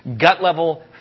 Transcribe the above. gut-level